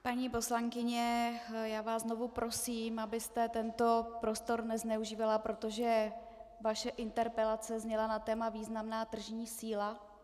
Paní poslankyně, znovu vás prosím, abyste tento prostor nezneužívala, protože vaše interpelace zněla na téma významná tržní síla.